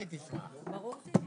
בבית החולים